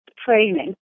Training